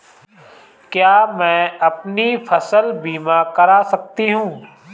क्या मैं अपनी फसल बीमा करा सकती हूँ?